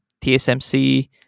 tsmc